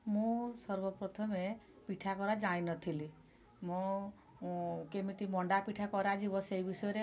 ମୁଁ ସର୍ବ ପ୍ରଥମେ ପିଠା କରା ଜାଣି ନଥିଲି ମୁଁ କେମିତି ମଣ୍ଡା ପିଠା କରାଯିବ ସେଇ ବିଷୟରେ ମୁଁ